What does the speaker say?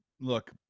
Look